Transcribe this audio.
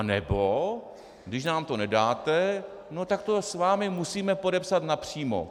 Anebo když nám to nedáte, tak to s vámi musíme podepsat napřímo.